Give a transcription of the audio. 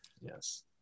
Yes